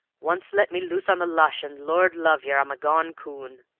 once let me loose on the lush, and, lord love yer, i'm a gone coon!